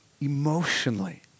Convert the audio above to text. emotionally